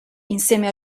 insieme